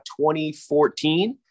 2014